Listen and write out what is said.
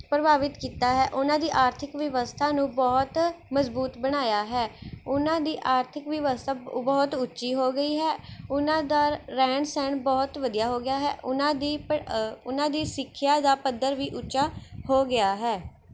ਪ੍ਰਭਾਵਿਤ ਕੀਤਾ ਹੈ ਉਹਨਾਂ ਦੀ ਆਰਥਿਕ ਵਿਵਸਥਾ ਨੂੰ ਬਹੁਤ ਮਜ਼ਬੂਤ ਬਣਾਇਆ ਹੈ ਉਹਨਾਂ ਦੀ ਆਰਥਿਕ ਵਿਵਸਥਾ ਬਹੁਤ ਉੱਚੀ ਹੋ ਗਈ ਹੈ ਉਹਨਾਂ ਦਾ ਰਹਿਣ ਸਹਿਣ ਬਹੁਤ ਵਧੀਆ ਹੋ ਗਿਆ ਹੈ ਉਹਨਾਂ ਦੀ ਪ ਉਹਨਾਂ ਦੀ ਸਿੱਖਿਆ ਦਾ ਪੱਧਰ ਵੀ ਉੱਚਾ ਹੋ ਗਿਆ ਹੈ